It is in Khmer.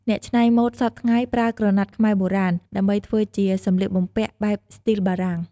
អ្នកច្នៃម៉ូតសព្វថ្ងៃប្រើក្រណាត់ខ្មែរបុរាណ ដើម្បីធ្វើជាសំលៀកបំពាក់បែបស្ទីលបារាំង។